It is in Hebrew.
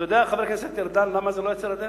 אתה יודע, חבר הכנסת ארדן, למה זה לא יצא לדרך?